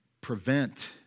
Prevent